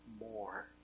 more